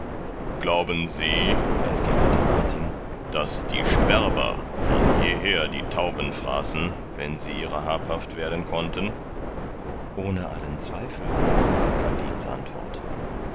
glauben sie entgegnete martin daß die sperber von jeher die tauben fraßen wenn sie ihrer habhaft werden konnten ohne allen zweifel war kandid's antwort